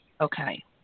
Okay